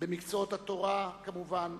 במקצועות התורה כמובן,